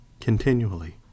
continually